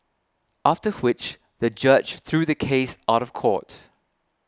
after which the judge threw the case out of court